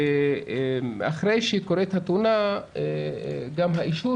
שאחרי שקורית התאונה גם האישור